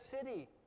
city